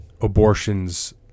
abortions